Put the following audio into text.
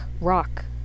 rock